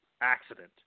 accident